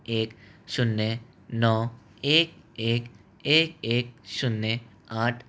एक शून्य नौ एक एक एक एक शून्य आठ